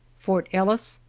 fort ellis,